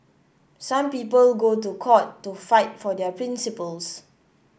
some people go to court to fight for their principles